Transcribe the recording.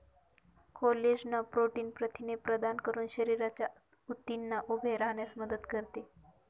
collagen protein प्रथिने प्रदान करून शरीराच्या ऊतींना उभे राहण्यास मदत करते